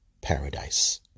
paradise